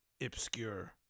Obscure